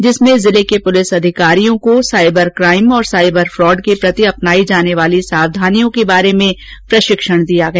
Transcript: जिसमें जिले के पुलिस अधिकारियों को साइबर काइम और साइबर फॉड के प्रति अपनाई जाने वाली सावधानियों को प्रति प्रशिक्षण दिया गया